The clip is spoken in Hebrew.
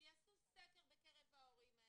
שיעשו סקר בקרב ההורים האלה,